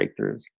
breakthroughs